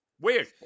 Weird